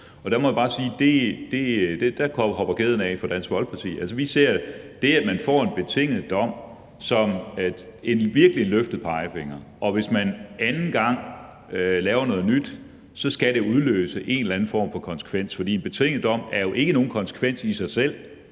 Der må jeg bare sige at kæden hopper af for Dansk Folkeparti. Vi ser virkelig det, at man får en betinget dom, som en løftet pegefinger, og hvis man anden gang laver noget nyt, skal det udløse en eller anden form for konsekvens. For en betinget dom er jo ikke nogen konsekvens i sig selv,